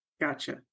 Gotcha